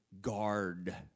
guard